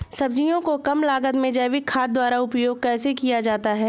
सब्जियों को कम लागत में जैविक खाद द्वारा उपयोग कैसे किया जाता है?